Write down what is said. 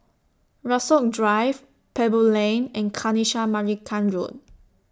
Rasok Drive Pebble Lane and Kanisha Marican Road